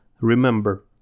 remember